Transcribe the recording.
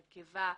הרכבה,